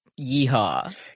yeehaw